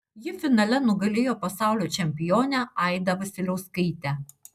ji finale nugalėjo pasaulio čempionę aidą vasiliauskaitę